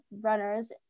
runners